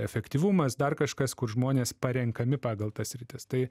efektyvumas dar kažkas kur žmonės parenkami pagal tas sritis tai